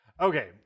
Okay